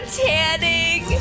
tanning